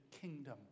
kingdom